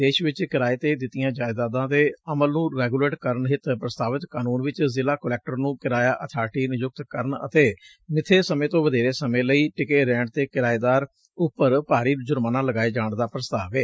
ਦੇਸ਼ ਵਿਚ ਕਿਰਾਏ ਤੇ ਦਿੱਡੀਆ ਜਾਇਦਾਦਾਂ ਦੇ ਅਮਲ ਨੂੰ ਰੋਗੁਲੇਟ ਕਰਨ ਹਿੱਤ ਪ੍ਰਸਤਾਵਿਤ ਕਾਨੂੰਨ ਵਿਚ ਜ਼ਿਲਾ ਕੁਲੈਕਟਰ ਨੂੰ ਕਿਰਾਇਆ ਅਬਾਰਿਟੀ ਨਿਯੁਕਤ ਕਰਨ ਅਤੇ ਮਿੱਥੇ ਸਮੇਂ ਤੋਂ ਵਧੇਰੇ ਸਮੇਂ ਲਈ ਟਿਕੇ ਰਹਿਣ ਤੇ ਕਿਰਾਏਦਾਰ ਉਪਰ ਭਾਰੀ ਜੁਰਮਾਨਾ ਲਗਾਏ ਜਾਣ ਦਾ ਪ੍ਰਸਤਾਵ ਏ